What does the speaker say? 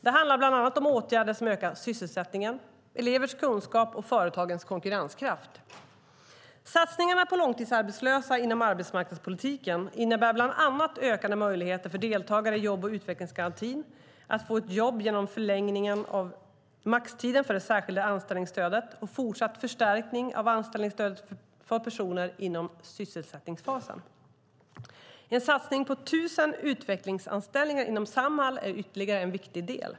Det handlar bland annat om åtgärder som ökar sysselsättningen, elevernas kunskaper och företagens konkurrenskraft. Satsningarna på långtidsarbetslösa inom arbetsmarknadspolitiken innebär bland annat ökade möjligheter för deltagare i jobb och utvecklingsgarantin att få ett jobb genom förlängningen av maxtiden för det särskilda anställningsstödet och fortsatt förstärkning av anställningsstödet för personer inom sysselsättningsfasen. En satsning på 1 000 utvecklingsanställningar inom Samhall är ytterligare en viktig del.